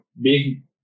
big